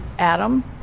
Adam